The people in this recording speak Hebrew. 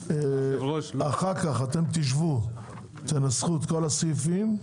אחר כך אתם תשבו ותנסחו את כל הסעיפים,